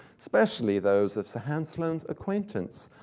especially those of sir hans sloane's acquaintance,